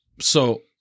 So-